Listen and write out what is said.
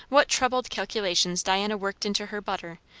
what troubled calculations diana worked into her butter,